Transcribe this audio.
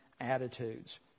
attitudes